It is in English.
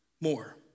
more